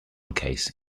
case